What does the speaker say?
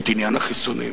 את עניין החיסונים,